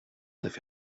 bhfuil